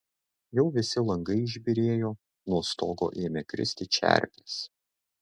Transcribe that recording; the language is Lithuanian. jau visi langai išbyrėjo nuo stogo ėmė kristi čerpės